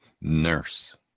nurse